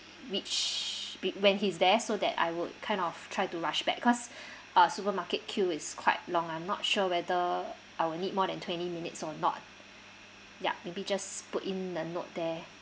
reach be~ when he's there so that I would kind of try to rush back because our supermarket queue is quite long I'm not sure whether I will need more than twenty minutes or not ya maybe just put in a note there